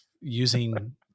using